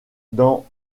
dans